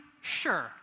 Sure